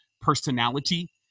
personality